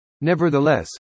Nevertheless